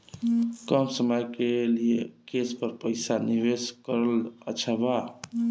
कम समय के लिए केस पर पईसा निवेश करल अच्छा बा?